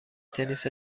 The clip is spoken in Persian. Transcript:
تنیس